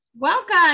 Welcome